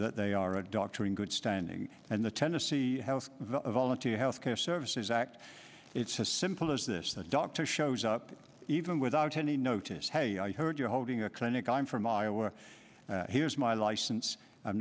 that they are a doctor in good standing and the tennessee volunteer health care services act it's as simple as this doctor shows up even without any notice hey i heard you're holding a clinic i'm from here's my license i'm